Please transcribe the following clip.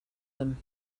them